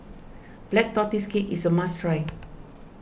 Black Tortoise Cake is a must try